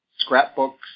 Scrapbooks